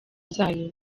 zayo